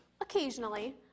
Occasionally